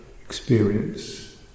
experience